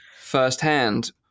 firsthand